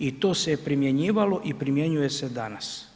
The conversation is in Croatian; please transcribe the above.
I to se primjenjivalo i primjenjuje se danas.